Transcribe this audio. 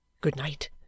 Good-night